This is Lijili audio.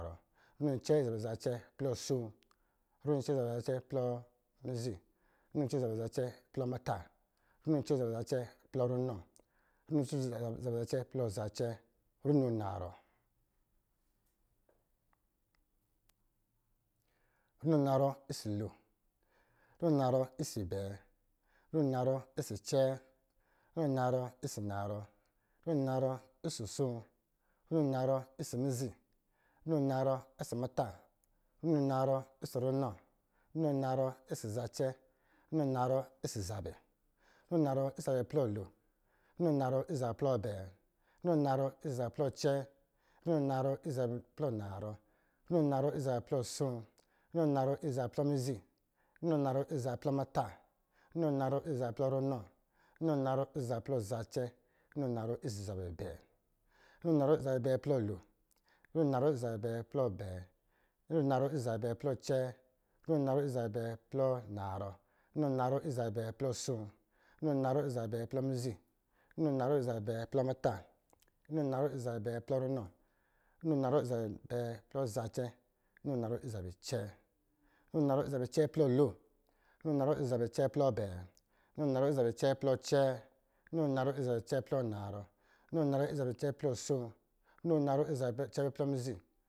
Runo ncɛɛ ɔsɔ̄ zabɛ zacɛ plɔ soo, runo ncɛɛ ɔsɔ̄ zabɛ zacɛ plɔ mizi, runo ncɛɛ ɔsɔ̄ zabɛ zacɛ plɔ muta, runo ncɛɛ ɔsɔ̄ zabɛ zacɛ plɔ ranɔ, runo ncɛɛ ɔsɔ̄ zabɛ zacɛ plɔ zacɛɛ, runo narɔ, runo narɔ ɔsɔ̄ lo, runo narɔ ɔsɔ̄ abɛɛ, runo narɔ ɔsɔ̄ acɛɛ, runo narɔ ɔsɔ̄ narɔ, runo narɔ ɔsɔ̄ asoo, runo narɔ ɔsɔ̄ mizi, runo narɔ ɔsɔ̄ muta, runo narɔ ɔsɔ̄ runɔ, runo narɔ ɔsɔ̄ zacɛ, runo narɔ ɔsɔ̄ zabɛ, runo narɔ ɔsɔ̄ zabɛ plɔ lo, runo narɔ ɔsɔ̄ zabɛ plɔ abɛɛ, runo narɔ ɔsɔ̄ zabɛ plɔ acɛɛ, runo narɔ ɔsɔ̄ zabɛ plɔ narɔ asoo, runo narɔ ɔsɔ̄ zabɛ plɔ mizi, runo narɔ ɔsɔ̄ zabɛ plɔ muta, runo narɔ ɔsɔ̄ zabɛ plɔ runɔ, runo narɔ ɔsɔ̄ zabɛ plɔ zacɛ, runo narɔ ɔsɔ̄ zabɛ abɛɛ, runo narɔ ɔsɔ̄ zabɛ abɛɛ plɔ lo, runo narɔ ɔsɔ̄ zabɛ abɛɛ plɔ abɛɛ, runo narɔ ɔsɔ̄ zabɛ abɛɛ plɔ acɛɛ, runo narɔ ɔsɔ̄ zabɛ abɛɛ plɔ narɔ, runo narɔ ɔsɔ̄ zabɛ abɛɛ plɔ asoo, runo narɔ ɔsɔ̄ zabɛ abɛɛ plɔ mizi, runo narɔ ɔsɔ̄ zabɛ abɛɛ plɔ muta, runo narɔ ɔsɔ̄ zabɛ abɛɛ plɔ ranɔ, runo narɔ ɔsɔ̄ zabɛ abɛɛ plɔ zacɛ, runo narɔ ɔsɔ̄ zabɛ abɛɛ plɔ acɛɛ, runo narɔ ɔsɔ̄ zabɛ acɛɛ plɔ lo, runo narɔ ɔsɔ̄ zabɛ acɛɛ plɔ abɛɛ, runo narɔ ɔsɔ̄ zabɛ acɛɛ plɔ acɛɛ, runo narɔ ɔsɔ̄ zabɛ acɛɛ plɔ narɔ, runo narɔ ɔsɔ̄ zabɛ acɛɛ plɔ asoo, runo narɔ ɔsɔ̄ zabɛ acɛɛ plɔ mizi